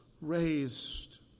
raised